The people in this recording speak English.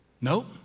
nope